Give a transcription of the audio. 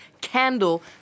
candle